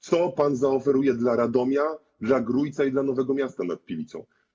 Co pan zaoferuje dla Radomia, dla Grójca i dla Nowego Miasta nad Pilicą?